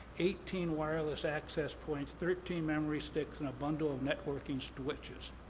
eighteen wireless access points, thirteen memory sticks, and a bundle of networking switches.